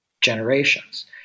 generations